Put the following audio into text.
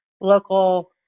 local